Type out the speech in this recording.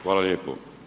Hvala lijepo.